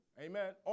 Amen